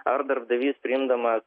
ar darbdavys priimdamas